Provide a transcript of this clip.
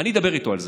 אני אדבר איתו על זה.